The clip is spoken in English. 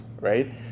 right